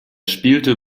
spielte